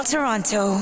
Toronto